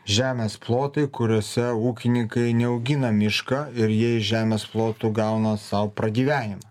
žemės plotai kuriuose ūkininkai neaugina mišką ir jei žemės plotų gauna sau pragyvenimą